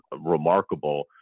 remarkable